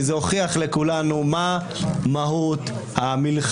כי זה הוכיח לכולנו מה מהות המלחמה,